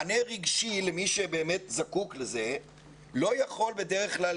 מענה רגשי למי שבאמת זקוק לזה לא יכול בדרך כלל